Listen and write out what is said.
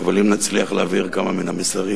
אבל אם נצליח להעביר כמה מן המסרים